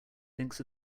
thinks